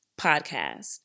podcast